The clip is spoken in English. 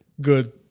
good –